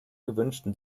gewünschten